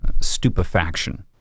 stupefaction